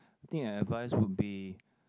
the thing I advise would be